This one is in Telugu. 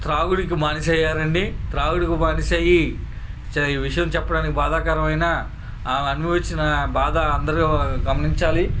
తాగుడుకి బానిస అయ్యారండి తాగుడుకి బానిస అయ్యి ఈ విషయం చెప్పడానికి బాధాకరమైనా ఆమె అనుభవించిన బాధ అందరు గమనించాలి